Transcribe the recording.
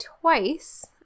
twice